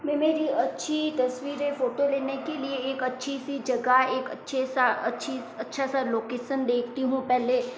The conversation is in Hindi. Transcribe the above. मैं मेरी अच्छी तस्वीरें फोटो लेने के लिए एक अच्छी सी जगह एक अच्छा सा लोकेशन देखती हूँ पहले